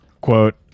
quote